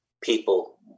people